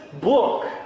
book